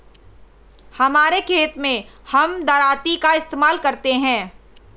हमारे खेत मैं हम दरांती का इस्तेमाल करते हैं